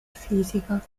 fisica